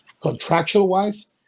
contractual-wise